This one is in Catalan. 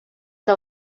del